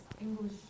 English